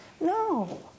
No